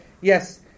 yes